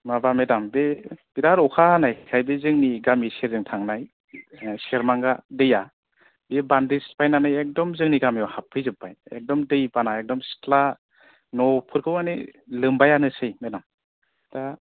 माबा मेडाम बे बिराथ अखा हानायखाय बे जोंनि गामि सेरजों थांनाय सेरमांगा दैया बे बान्दो सिफायनानै एकदम जोंनि गामियाव हाबफै जोब्बाय एकदम दै बाना एकदम सिथ्ला नफोरखौ मानि लोमबायानोसै मेडाम दा